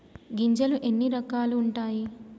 గింజలు ఎన్ని రకాలు ఉంటాయి?